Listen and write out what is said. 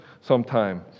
sometime